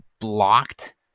blocked